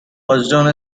hudson